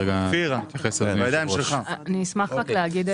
אדוני היושב ראש, אני אשמח להתייחס.